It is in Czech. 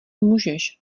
můžeš